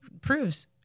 proves